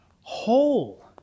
whole